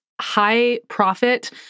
high-profit